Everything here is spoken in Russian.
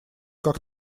как